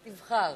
תבחר.